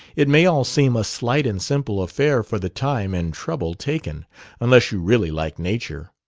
it may all seem a slight and simple affair for the time and trouble taken unless you really like nature.